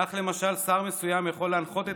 כך למשל שר מסוים יכול להנחות את